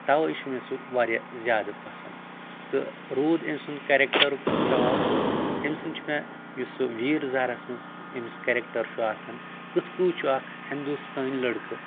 توے چھُ مےٚ سُہ واریاہ زیادٕ پسنٛد تہٕ روٗد أمۍ سُنٛد کریکٹرُک سوال أمۍ سُنٛد چھُ مےٚ یُس سُہ ویٖر زارس منٛز أمِس کیرٮ۪کٹر چھُ آسان کٕتھ کٔنۍ چھُ اکھ ہندوستٲنۍ لڑکہٕ